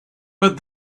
but